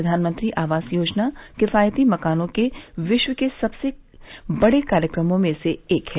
प्रधानमंत्री आवास योजना किफायती मकानों के विश्व के सबसे बड़े कार्यक्रमों में से एक है